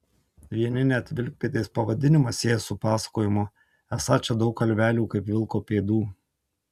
vieni net vilkpėdės pavadinimą sieja su pasakojimu esą čia daug kalvelių kaip vilko pėdų